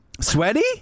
Sweaty